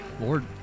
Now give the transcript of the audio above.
Lord